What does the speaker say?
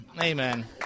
Amen